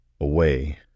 away